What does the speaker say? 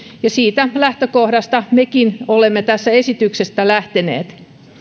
ja siitä lähtökohdasta mekin olemme tässä esityksessä lähteneet